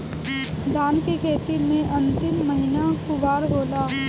धान के खेती मे अन्तिम महीना कुवार होला?